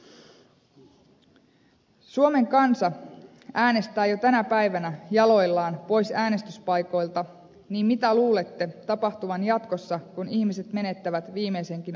jos suomen kansa äänestää jo tänä päivänä jaloillaan olemalla pois äänestyspaikoilta niin mitä luulette tapahtuvan jatkossa kun ihmiset menettävät viimeisenkin uskonsa valtiovaltaan